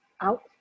out